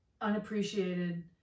unappreciated